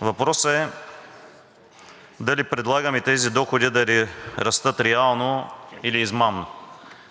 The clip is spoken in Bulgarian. Въпросът е дали предлагаме тези доходи да растат реално, или измамно.